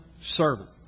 servant